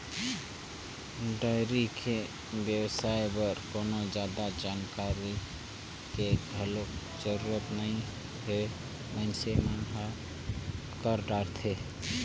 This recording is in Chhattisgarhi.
डेयरी के बेवसाय बर कोनो जादा जानकारी के घलोक जरूरत नइ हे मइनसे मन ह कर डरथे